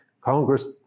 Congress